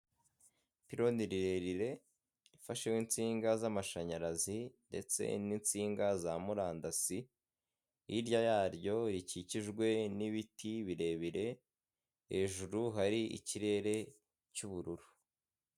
Ipironi rirerire ifashewe'insinga z'amashanyarazi, ndetse n'insinga za murandasi, hirya yaryo rikikijwe n'ibiti birebire, hejuru hari ikirere cy'ubururu.